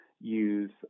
use